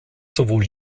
sowohl